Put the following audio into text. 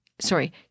sorry